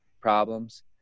problems